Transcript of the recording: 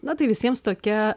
na tai visiems tokia